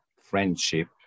friendship